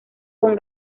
con